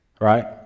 right